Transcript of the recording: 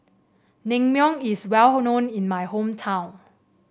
naengmyeon is well known in my hometown